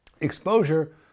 exposure